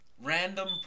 Random